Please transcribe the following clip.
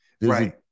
right